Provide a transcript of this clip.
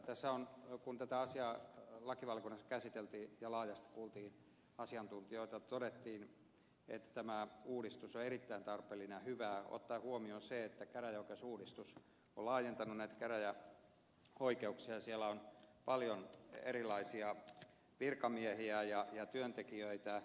tässä kun tätä asiaa lakivaliokunnassa käsiteltiin ja laajasti kuultiin asiantuntijoita todettiin että tämä uudistus on erittäin tarpeellinen ja hyvä kun otetaan huomioon se että käräjäoikeusuudistus on laajentanut näitä käräjäoikeuksia ja siellä on paljon erilaisia virkamiehiä ja työntekijöitä